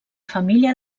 família